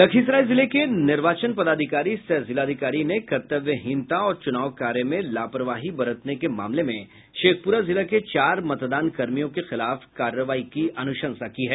लखीसराय जिले के निर्वाचन पदाधिकारी सह जिलाधिकारी ने कर्तव्यहीनता और च्रनाव कार्य में लापरवाही बरतने के मामले में शेखप्रा जिला के चार मतदान कर्मियों के खिलाफ कार्रवाई की अनुशंसा की है